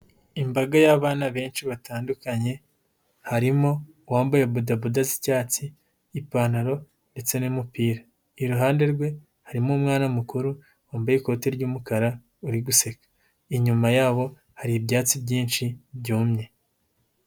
Imbaga y'abana benshi batandukanye, harimo uwambaye bodaboda z'icyatsi, ipantaro ndetse n'umupira. Iruhande rwe harimo umwana mukuru wambaye ikoti ry'umukara, uri guseka. Inyuma yabo hari ibyatsi byinshi byumye.